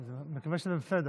אני מקווה שזה בסדר.